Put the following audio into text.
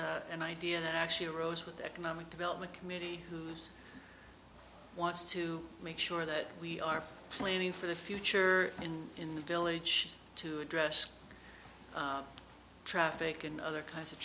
is an idea that actually arose with the economic development committee who wants to make sure that we are planning for the future and in the village to address traffic and other kinds of